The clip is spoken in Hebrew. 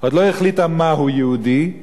עוד לא החליטה מהו יהודי,